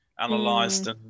analyzed